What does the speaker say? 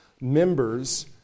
members